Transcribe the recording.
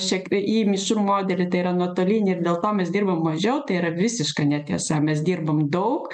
šiek e į mišrų modelį tai yra nuotolinį ir dėl to mes dirbam mažiau tai yra visiška netiesa mes dirbam daug